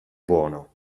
buono